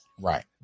Right